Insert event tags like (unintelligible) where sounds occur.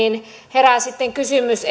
herää sitten kysymys (unintelligible)